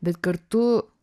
bet kartu